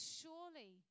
surely